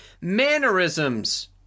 mannerisms